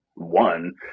One